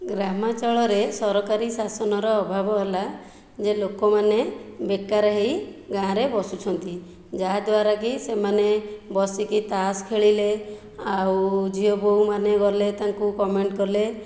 ଗ୍ରାମାଞ୍ଚଳରେ ସରକାରୀ ଶାସନର ଅଭାବ ହେଲା ଯେ ଲୋକମାନେ ବେକାର ହେଇ ଗାଁରେ ବସୁଛନ୍ତି ଯାହାଦ୍ୱାରାକି ସେମାନେ ବସିକି ତାସ ଖେଳିଲେ ଆଉ ଝିଅ ବୋହୂମାନେ ଗଲେ ତାଙ୍କୁ କମେଣ୍ଟ କଲେ